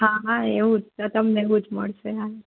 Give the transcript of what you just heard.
હા હા એવું જ તો તમને એવું જ મળશે હા